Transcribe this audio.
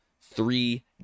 three